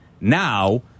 Now